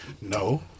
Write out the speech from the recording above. No